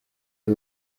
ari